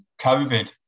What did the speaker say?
COVID